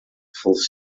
fol